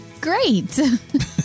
Great